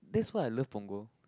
that's why I love punggol